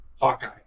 Hawkeye